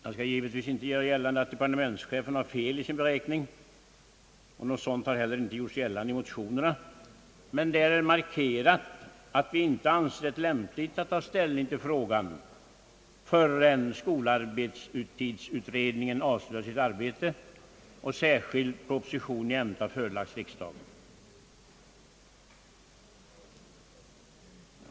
Jag skall givetvis inte göra gällande att departementschefen har fel i sin beräkning — något sådant har inte heller gjorts gällande i motionerna — men där är markerat att vi inte anser det lämpligt att ta ställning till frågan förrän skolarbetstidsutredningen avslutat sitt arbete och särskild proposition i ämnet har förelagts riksdagen.